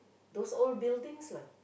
those old buildings lah